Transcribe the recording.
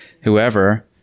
whoever